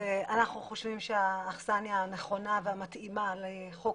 אנחנו חושבים שהאכסניה הנכונה והמתאימה לחוק